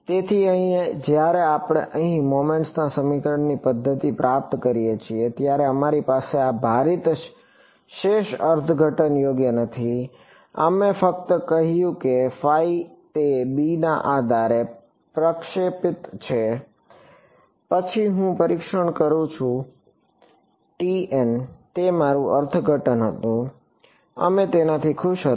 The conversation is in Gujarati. તેથી અહીં જ્યારે આપણે અહીં મોમેન્ટ્સ ના સમીકરણની પદ્ધતિ પ્રાપ્ત કરી છે ત્યારે અમારી પાસે આ ભારિત શેષ અર્થઘટન યોગ્ય નથી અમે ફક્ત કહ્યું કે તે b ના આધારે પ્રક્ષેપિત છે પછી હું પરીક્ષણ કરું છું તે મારું અર્થઘટન હતું અમે તેનાથી ખુશ હતા